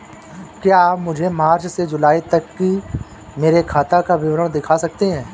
क्या आप मुझे मार्च से जूलाई तक की मेरे खाता का विवरण दिखा सकते हैं?